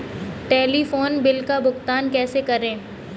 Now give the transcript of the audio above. Telephone bill का भुगतान कैसे करें?